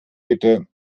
bitte